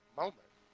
moment